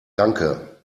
danke